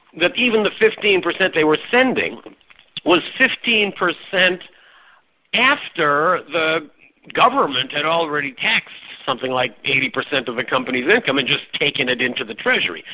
that even the fifteen percent they were sending was fifteen percent after the government had already taxed something like eighty percent of the company's income, and just taken it into the treasury.